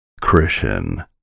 Christian